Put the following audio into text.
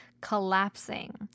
collapsing